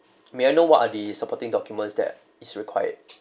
may I know what are the supporting documents that is required